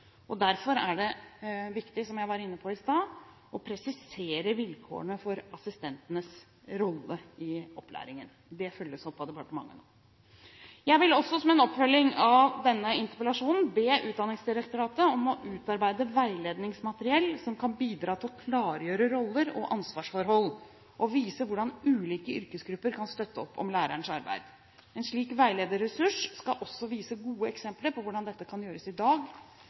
Derfor er det viktig, som jeg var inne på i sted, å presisere vilkårene for assistentenes rolle i opplæringen. Det følges opp av departementet nå. Jeg vil også, som en oppfølging av denne interpellasjonen, be Utdanningsdirektoratet utarbeide veiledningsmateriell, som kan bidra til å klargjøre roller og ansvarsforhold og vise hvordan ulike yrkesgrupper kan støtte opp om lærernes arbeid. En slik veilederressurs skal også vise gode eksempler på hvordan dette kan gjøres i dag